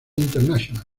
international